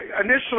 initially